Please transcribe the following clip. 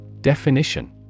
Definition